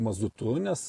mazutu nes